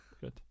Good